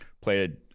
played